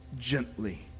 Gently